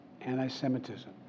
anti-Semitism